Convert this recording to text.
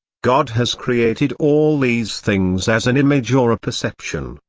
god has created all these things as an image or a perception.